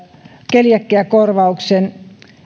keliakiakorvauksen